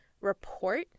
report